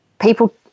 people